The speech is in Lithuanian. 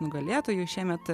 nugalėtoju šiemet